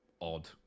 odd